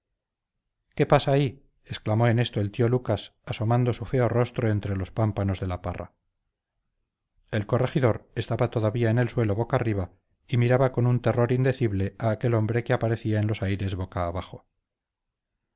qué pasa ahí exclamó en esto el tío lucas asomando su feo rostro entre los pámpanos de la parra el corregidor estaba todavía en el suelo boca arriba y miraba con un terror indecible a aquel hombre que aparecía en los aires boca abajo